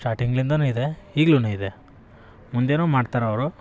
ಸ್ಟಾರ್ಟಿಂಗ್ಲಿಂದನೂ ಇದೆ ಈಗ್ಲೂ ಇದೆ ಮುಂದೇನೂ ಮಾಡ್ತಾರೆ ಅವರು